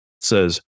says